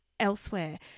Elsewhere